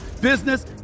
business